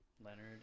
Leonard